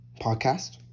podcast